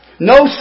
No